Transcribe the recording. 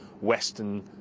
Western